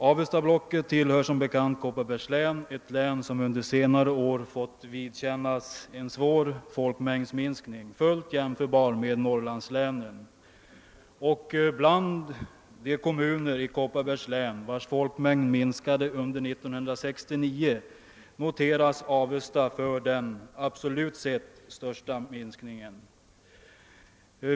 Avestablocket tillhör som bekant Kopparbergs län — ett län som under senare år fått vidkännas en svår folkmängdsminskning, fullt jämförbar med Norrlandslänens, och bland de kommuner i Kopparbergs län, vilkas folkmängd minskade under 1969, noteras Avesta för den absolut sett största minskningen.